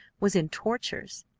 was in tortures.